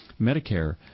Medicare